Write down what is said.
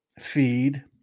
feed